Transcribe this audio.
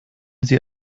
sie